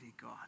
God